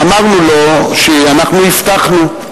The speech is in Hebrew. ואמרנו לו שאנחנו הבטחנו.